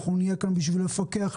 נהיה כאן בשביל לפקח,